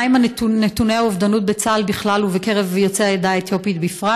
מהם נתוני האובדנות בצה"ל בכלל ובקרב יוצאי העדה האתיופית בפרט?